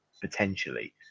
potentially